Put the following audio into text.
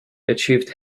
achieved